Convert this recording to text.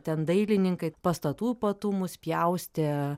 ten dailininkai pastatų ypatumus pjaustė